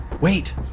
Wait